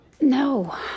No